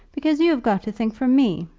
because you have got to think for me.